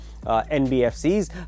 nbfc's